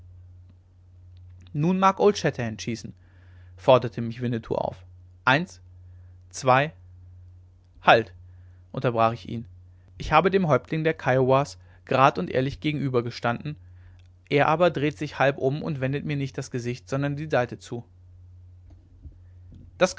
nun mag old shatterhand schießen forderte mich winnetou auf eins zwei halt unterbrach ich ihn ich habe dem häuptling der kiowas grad und ehrlich gegenübergestanden er aber dreht sich halb um und wendet mir nicht das gesicht sondern die seite zu